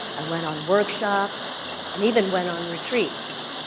and went on workshops and even went on retreats.